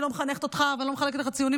אני לא מחנכת אותך ולא מחלקת לך ציונים,